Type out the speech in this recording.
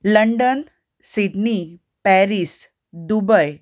London Sydney Paris Dubai